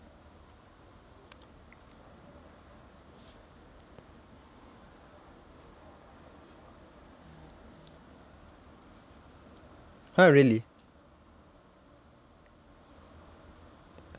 !huh! really